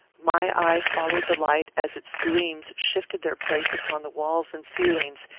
my eye followed the light as its gleams shifted their place upon the walls and ceilings,